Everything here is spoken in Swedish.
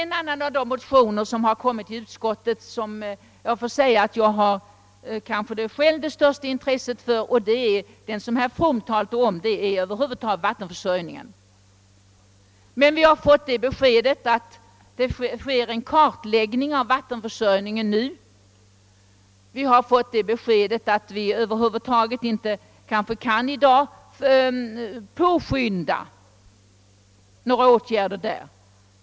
En annan av de motioner som behandlats av utskottet har jag själv åtminstone ägnat det största intresset, nämligen den som herr From talade om, om vattenförsörjningen. Vi har emellertid fått beskedet att det nu sker en kartläggning av vattenförsörjningen och att vi inte i dag kan påskynda några åtgärder i detta avseende.